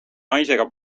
naisega